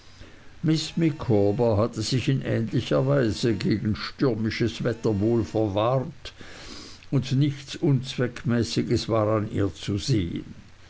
micawber hatte sich in ähnlicher weise gegen stürmisches wetter wohl verwahrt und nichts unzweckmäßiges war an ihr zu sehen